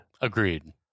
Agreed